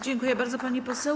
Dziękuję bardzo, pani poseł.